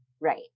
Right